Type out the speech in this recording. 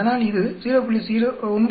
அதனால் இது 0